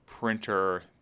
printer